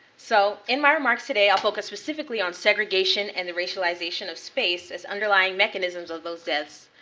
so in my remarks today, i'll focus specifically on segregation and the racialization of space as underlying mechanisms of those deaths.